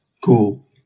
Cool